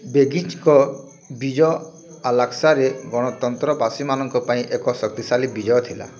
ବେଗିଚ୍ଙ୍କ ବିଜୟ ଆଲାସ୍କାରେ ଗଣତନ୍ତ୍ରବାଦୀମାନଙ୍କ ପାଇଁ ଏକ ଶକ୍ତିଶାଳୀ ବିଜୟ ଥିଲା